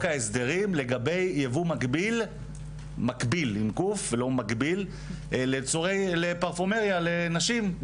ההסדרים לגבי ייבוא מקביל למוצרי פרפומריה לנשים.